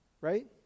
right